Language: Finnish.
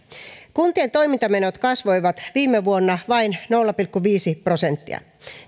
kuntien toimintamenot kasvoivat viime vuonna vain nolla pilkku viisi prosenttia